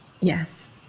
Yes